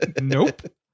Nope